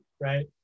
Right